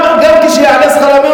גם כשיעלה שכר המינימום,